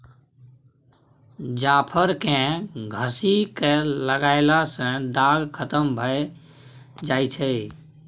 जाफर केँ घसि कय लगएला सँ दाग खतम भए जाई छै